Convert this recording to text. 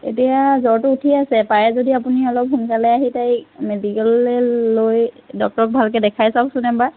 এতিয়া জ্বৰটো উঠিয়ে আছে পাৰে যদি আপুনি অলপ সোনকালে আহি তাইক মেডিকেললৈ লৈ ডক্তৰক ভালকৈ দেখুৱাই চাওকচোন এবাৰ